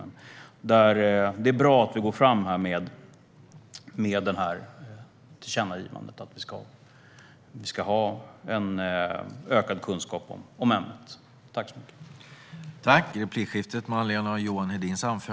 Men det är bra med detta tillkännagivande om att vi ska ha en ökad kunskap om ämnet.